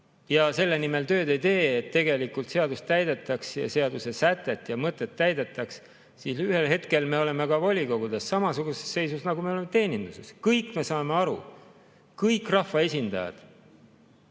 ja selle nimel tööd ei tee, et tegelikult seadust täidetaks ja seaduse sätet ja mõtet täidetaks, siis ühel hetkel on ka volikogudes samasugune seis, nagu meil on teeninduses. Kõik me saame aru, kõik rahvaesindajad